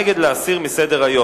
נגד זה להסיר מסדר-היום.